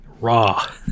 Raw